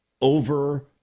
over